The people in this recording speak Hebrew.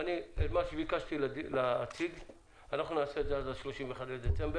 אנחנו נעשה את זה עד ה-31 בדצמבר.